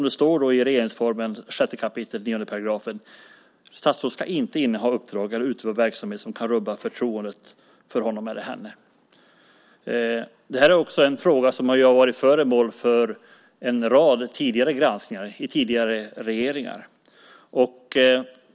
Det står i regeringsformens 6 kap. 9 § att statsråd inte ska inneha uppdrag eller utöva verksamhet som kan rubba förtroendet för honom eller henne. Detta är också en fråga som har varit föremål för en rad tidigare granskningar i tidigare regeringar.